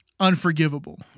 Unforgivable